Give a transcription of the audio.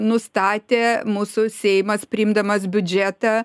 nustatė mūsų seimas priimdamas biudžetą